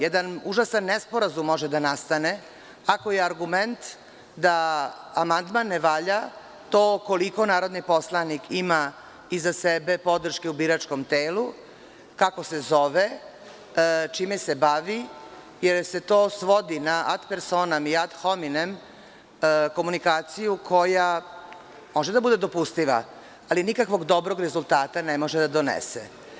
Jedan užasan nesporazum može da nastane ako je argument da amandman ne valja zbog toga koliko narodni poslanik ima iza sebe podrške u biračkom telu, kako se zove, čime se bavi, jer se to svodi na ad personam i ad hominem komunikaciju, koja može da bude dopustiva, ali nikakvog dobrog rezultata ne može da donese.